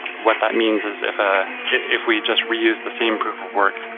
what that means is if ah if we just reuse the same proof of work,